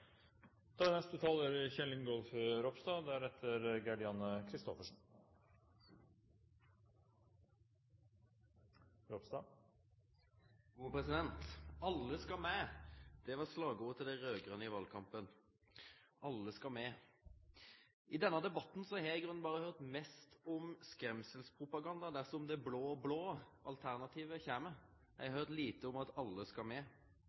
Då må ein stola på kommunen, på det offentlege tilbodet, som tek seg av alle – alltid. «Alle skal med.» Det var slagordet til dei raud-grøne i valkampen. Alle skal med. I denne debatten har eg i grunnen høyrt mest om skremselspropagandaen dersom det blå-blå alternativet kjem. Eg har høyrt lite om at alle skal